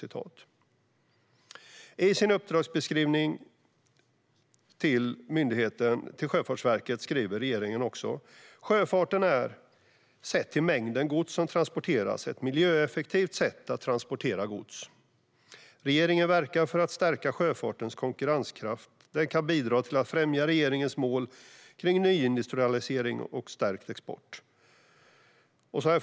I sin uppdragsbeskrivning till Sjöfartsverket skriver regeringen: "Sjöfarten är, sett till mängden gods som transporteras, ett miljöeffektivt sätt att transportera gods. Regeringen verkar för att stärka sjöfartens konkurrenskraft. Det kan bidra till att främja regeringens mål kring nyindustrialisering, stärkt export" och så vidare.